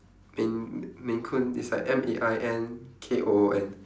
maine maine-coon it's like M A I N K O O N